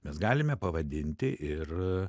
mes galime pavadinti ir